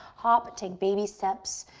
hop, take baby steps.